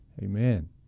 Amen